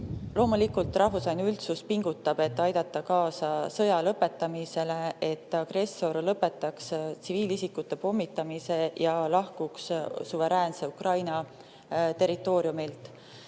Loomulikult rahvusvaheline üldsus pingutab, et aidata kaasa sõja lõpetamisele ning sellele, et agressor lõpetaks tsiviilisikute pommitamise ja lahkuks suveräänse Ukraina territooriumilt.